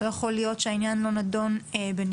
לא יכול להיות שהעניין לא נדון בנפרד,